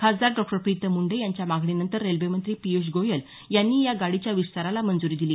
खासदार डॉ प्रीतम मुंडे यांच्या मागणीनंतर रेल्वेमंत्री पियुष गोयल यांनी या गाडीच्या विस्ताराला मंजुरी दिली